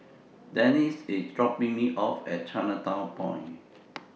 Denice IS dropping Me off At Chinatown Point